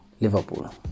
Liverpool